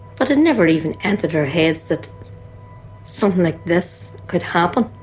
but it never even entered our heads that something like this could happen